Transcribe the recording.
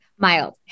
Mild